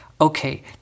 okay